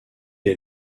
est